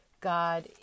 God